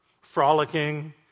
frolicking